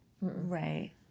Right